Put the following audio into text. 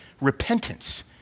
repentance